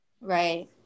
Right